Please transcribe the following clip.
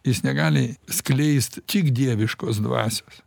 jis negali skleist tik dieviškos dvasios